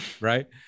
right